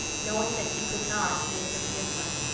knowing that he could not make them different.